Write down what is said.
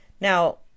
Now